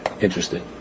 interested